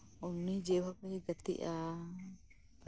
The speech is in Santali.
ᱩᱱᱤ ᱡᱮᱨᱚᱠᱚᱢᱮ ᱜᱟᱛᱮᱜᱼᱟ